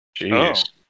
jeez